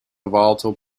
volatile